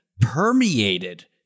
permeated